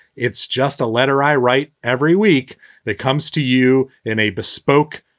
it's just a letter i write every week that comes to you in a bespoke,